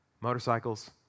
Motorcycles